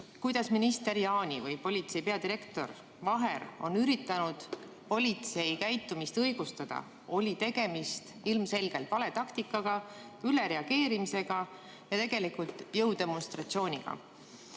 kuidas minister Jaani või politsei peadirektor Vaher on üritanud politsei käitumist õigustada, tegemist oli ilmselgelt vale taktikaga, ülereageerimisega ja tegelikult jõudemonstratsiooniga.